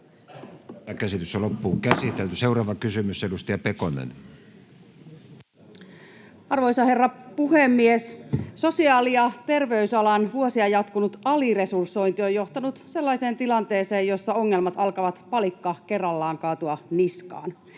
ja täällä käsitellä. Seuraava kysymys, edustaja Pekonen. Arvoisa herra puhemies! Sosiaali- ja terveysalan vuosia jatkunut aliresursointi on johtanut sellaiseen tilanteeseen, jossa ongelmat alkavat palikka kerrallaan kaatua niskaan.